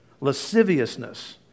lasciviousness